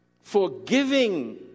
Forgiving